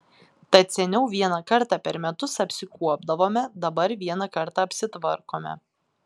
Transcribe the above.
tad seniau vieną kartą per metus apsikuopdavome dabar vieną kartą apsitvarkome